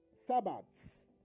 Sabbaths